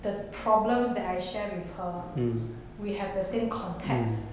the problems that I share with her we have the same context